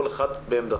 כל אחד בעמדתו.